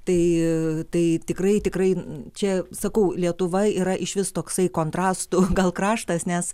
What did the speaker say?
tai tai tikrai tikrai čia sakau lietuva yra išvis toksai kontrastų gal kraštas nes